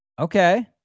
okay